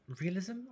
realism